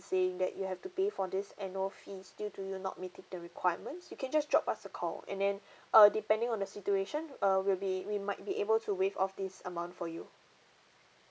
saying that you have to pay for this annual fees due to you not meeting the requirements you can just drop us a call and then uh depending on the situation uh we'll be we might be able to waive off this amount for you